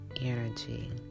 energy